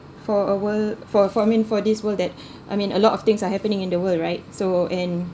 for a world for for I mean for this world that I mean a lot of things are happening in the world right so and